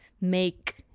make